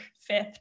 fifth